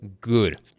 good